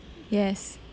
yes